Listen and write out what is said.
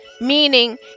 meaning